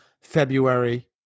February